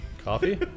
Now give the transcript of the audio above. Coffee